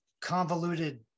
convoluted